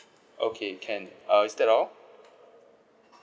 okay can uh is that all